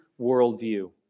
worldview